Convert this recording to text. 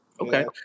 Okay